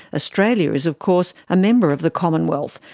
australia is of course a member of the commonwealth,